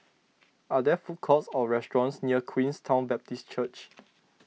are there food courts or restaurants near Queenstown Baptist Church